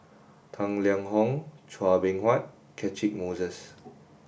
Tang Liang Hong Chua Beng Huat Catchick Moses